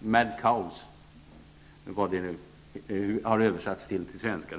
''mad cows'' -- ''vilda kor'', eller hur det nu har översatts till svenska.